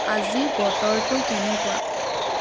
আজি বতৰটো কেনেকুৱা